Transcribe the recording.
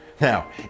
Now